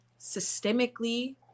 systemically